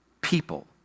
people